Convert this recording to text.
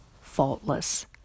faultless